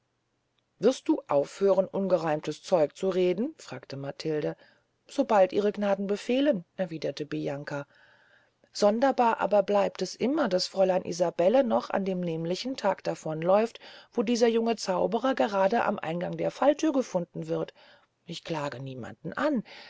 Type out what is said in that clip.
wirst du aufhören ungereimtes zeug zu reden fragte matilde sobald ihre gnaden befehlen erwiederte bianca sonderbar aber bleibt es immer daß fräulein isabelle noch an dem nemlichen tage davon läuft wo dieser junge zauberer gerade am eingang der fallthüre gefunden wird ich klage niemanden an